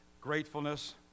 gratefulness